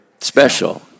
special